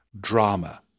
drama